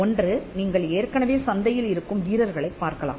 ஒன்று நீங்கள் ஏற்கனவே சந்தையில் இருக்கும் வீரர்களைப் பார்க்கலாம்